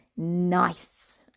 nice